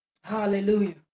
Hallelujah